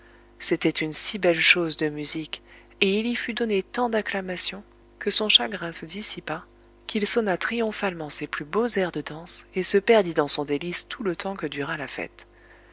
c'était une si belle chose de musique et il y fut donné tant d'acclamation que son chagrin se dissipa qu'il sonna triomphalement ses plus beaux airs de danse et se perdit dans son délice tout le temps que dura la fête